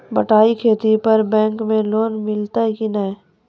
बटाई खेती पर बैंक मे लोन मिलतै कि नैय?